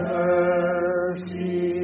mercy